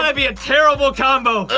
ah be a terrible combo.